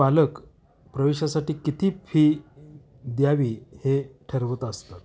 पालक प्रवेशासाठी किती फी द्यावी हे ठरवत असतात